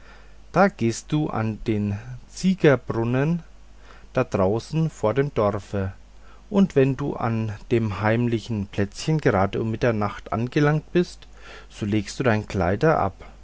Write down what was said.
da gehst du an den ziegenbrunnen da draußen vor dem dorfe und wenn du an dem heimlichen plätzchen gerade um mitternacht angelangt bist so legst du deine kleider ab